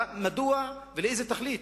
מדוע ולאיזו תכלית